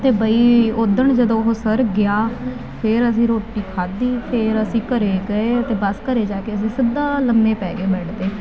ਅਤੇ ਬਈ ਉਦਣ ਜਦੋਂ ਉਹ ਸਰ ਗਿਆ ਫਿਰ ਅਸੀਂ ਰੋਟੀ ਖਾਦੀ ਫਿਰ ਅਸੀਂ ਘਰੇ ਗਏ ਅਤੇ ਬਸ ਘਰ ਜਾ ਕੇ ਅਸੀਂ ਸਿੱਧਾ ਲੰਮੇ ਪੈ ਗਏ ਬੈਡ 'ਤੇ